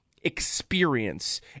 experience